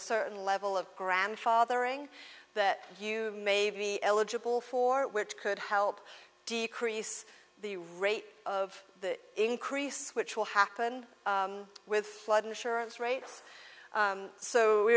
a certain level of grandfathering that you may be eligible for which could help decrease the rate of increase which will happen with flood insurance rates so we